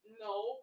No